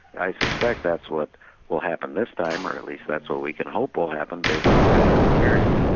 i suspect that's what will happen this time, or at least that's what we can hope will happen based on past experience.